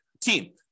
team